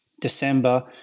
December